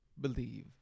believe